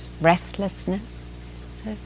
restlessness